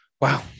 wow